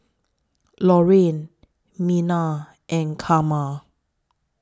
Loraine Merna and Karma